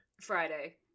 Friday